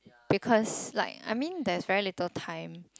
because like I mean there's very little time